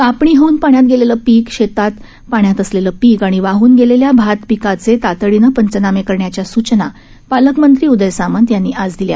कापणी होऊन पाण्यात ीेलेल पीक शेतात पाण्यात असलेल पीक आणि वाहन ीेलेल्या भातपिकाचे तातडीनं पंचनामे करण्याच्या सुचना पालकमंत्री उदय सामंत यांनी आज दिल्या